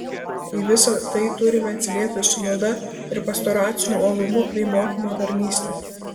į visa tai turime atsiliepti su malda ir pastoraciniu uolumu bei mokymo tarnyste